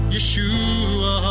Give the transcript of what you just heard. Yeshua